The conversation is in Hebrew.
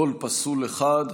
קול פסול אחד.